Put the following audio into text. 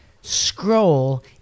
scroll